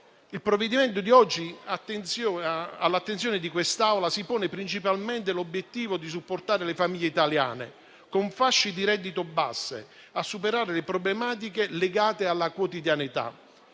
Il provvedimento all'attenzione odierna di quest'Assemblea si pone principalmente l'obiettivo di supportare le famiglie italiane con fasce di reddito basse per superare le problematiche legate alla quotidianità.